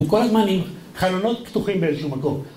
הוא כל הזמן עם חלונות פתוחים באיזשהו מקום.